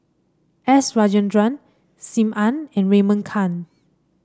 S Rajendran Sim Ann and Raymond Kang